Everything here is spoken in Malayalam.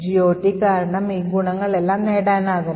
GOT കാരണം ഈ ഗുണങ്ങളെല്ലാം നേടാനാകും